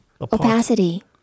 Opacity